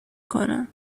کنن